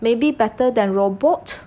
maybe better than robot